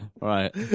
Right